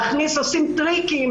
עושים טריקים,